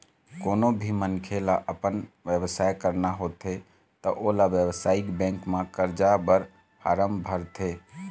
कोनो भी मनखे ल अपन बेवसाय करना होथे त ओला बेवसायिक बेंक म करजा बर फारम भरथे